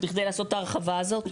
בכדי לעשות את ההרחבה הזאת.